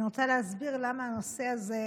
אני רוצה להסביר למה הנושא הזה,